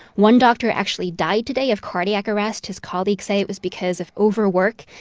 one doctor actually died today of cardiac arrest. his colleagues say it was because of overwork.